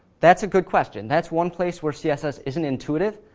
that's a good question. that's one place where css isn't intuitive.